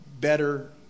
better